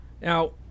Now